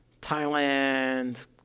Thailand